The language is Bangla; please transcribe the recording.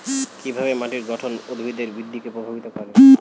কিভাবে মাটির গঠন উদ্ভিদের বৃদ্ধিকে প্রভাবিত করে?